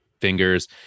fingers